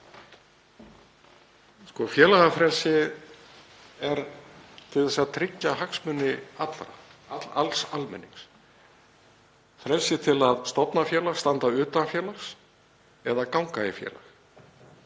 Félagafrelsið er til að tryggja hagsmuni allra, alls almennings. Frelsi til að stofna félag, standa utan félags eða ganga í félag.